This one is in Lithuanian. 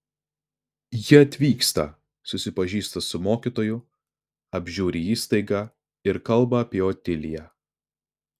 ji atvyksta susipažįsta su mokytoju apžiūri įstaigą ir kalba apie otiliją